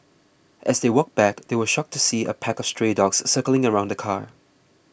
as they walked back they were shocked to see a pack of stray dogs circling around the car